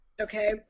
Okay